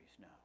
now